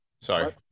Sorry